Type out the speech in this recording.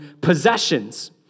possessions